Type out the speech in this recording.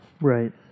Right